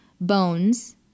Bones –